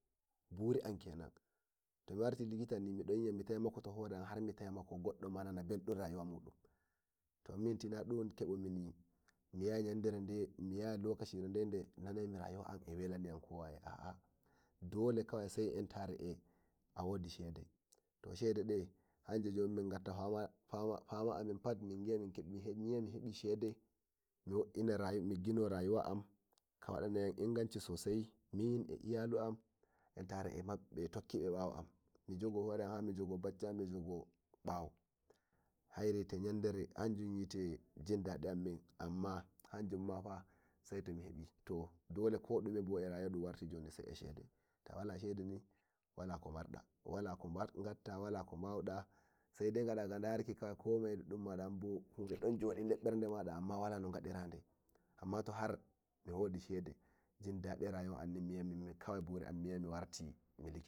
Buri am kenan to miwarti likitani miya ba mitaimikoto hore am harmi taimiko goddo nana beldum rayuwa mudun min tuna dun kebu mini miyi ayi yandere nanaimi rayuwa am ewelaniyam kowaye aa dole kawai sai entare a wodi shede to shede de hanje mingatta fama amin pat mingi'a miyi'a mihebi shede migino rayuwa am kawada inganci sosai min eh eyalu am a bakkibe bawo am mijogo hore am harmi jogo bawo haire hanjun wite jindadi rayuwa am hanjun mafa dole sai tomi hebi to dole kodume e rayuwa bo dun warti sai e shede to wala shede ni wala komarda walako gatta walako bawuda sai dai gada ga paruki komoye anbo kude don jodi der berdema amma wala no gadirabe amma to har miwodi shede miwodi jindadi rayuwa anni.